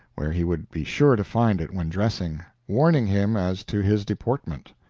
where he would be sure to find it when dressing, warning him as to his deportment.